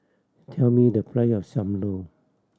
tell me the price of Sam Lau